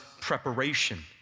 preparation